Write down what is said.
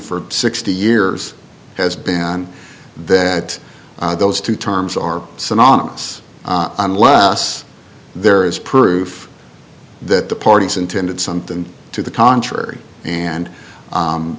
for sixty years has been that those two terms are synonymous unless there is proof that the parties intended something to the contrary and